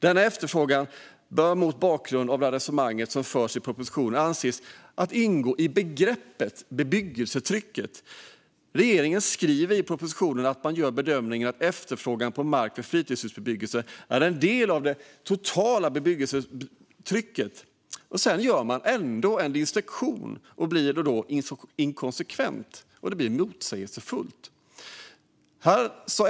Denna efterfrågan bör mot bakgrund av det resonemang som förs i propositionen anses ingå i begreppet "bebyggelsetrycket". Regeringen skriver i propositionen att man gör bedömningen att efterfrågan på mark för fritidshusbebyggelse är en del av det totala bebyggelsetrycket. Sedan gör man ändå en distinktion. Det blir inkonsekvent och motsägelsefullt.